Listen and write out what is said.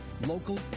local